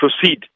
proceed